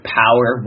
power